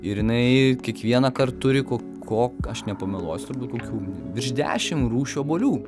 ir jinai kiekvienąkart turi ko ko aš nepameluosiu kokių virš dešimt rūšių obuolių